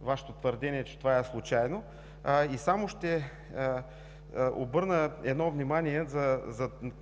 Вашето твърдение, че това е случайно и само ще обърна внимание